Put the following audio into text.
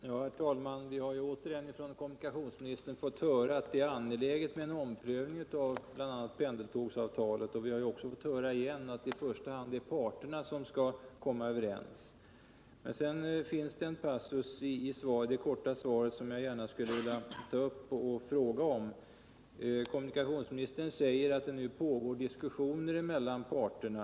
Herr talman! Vi har återigen från kommunikationsministern fått höra att det är angeläget med en omprövning av bl.a. pendeltågsavtalet, och vi har återigen fått höra att det i första hand är parterna som skall komma överens. Sedan finns det en passus i det korta svaret som jag gärna skulle vilja ta upp och fråga om. Kommunikationsministern säger att det nu pågår diskussioner mellan parterna.